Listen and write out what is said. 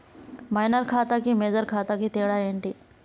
Minor ఖాతా కి major ఖాతా కి తేడా ఏంటి?